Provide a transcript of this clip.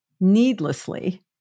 needlessly